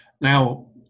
Now